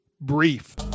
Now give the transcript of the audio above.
Brief